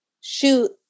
shoot